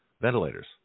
Ventilators